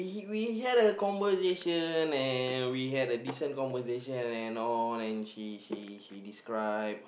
we have the conversation and we have the recent conversation and all and she she she describe